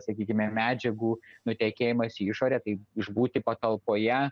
sakykime medžiagų nutekėjimas į išorę tai išbūti patalpoje